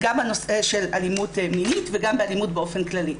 גם בנושא של אלימות מינית וגם אלימות באופן כללי.